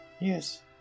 Yes